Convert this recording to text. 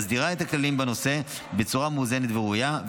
מסדירה את הכללים בנושא בצורה מאוזנת וראויה,